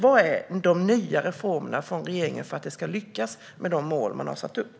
Var är de nya reformerna från regeringen för att man ska lyckas med de mål man har satt upp?